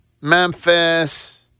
Memphis—